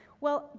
well,